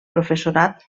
professorat